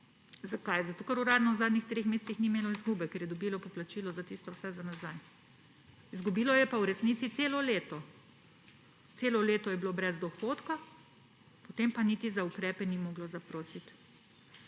Zakaj? Ker uradno v zadnjih treh mesecih ni imelo izgube, ker je dobilo poplačilo za vse za nazaj. Izgubilo je pa v resnici celo leto. Celo leto je bilo brez dohodka, potem pa niti za ukrepe ni moglo zaprositi.